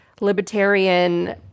libertarian